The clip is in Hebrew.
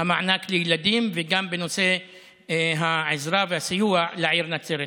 המענק לילדים וגם בנושא העזרה והסיוע לעיר נצרת.